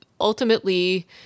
ultimately